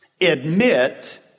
Admit